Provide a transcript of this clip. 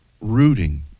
rooting